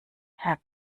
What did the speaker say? herr